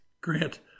Grant